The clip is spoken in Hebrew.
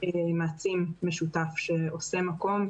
ומעצים שעושה מקום,